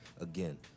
Again